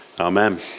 Amen